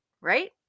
right